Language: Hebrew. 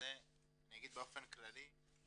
אני אגיד באופן כללי,